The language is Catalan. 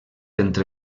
entre